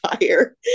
fire